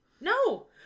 No